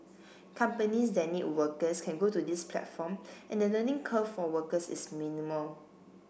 companies that need workers can go to this platform and the learning curve for workers is minimal